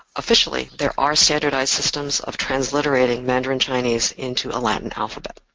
officially there are standardized systems of transliterating mandarin chinese into a latin alphabet.